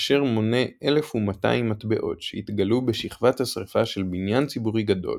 אשר מונה 1,200 מטבעות שהתגלו בשכבת השריפה של בניין ציבורי גדול,